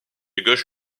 gauche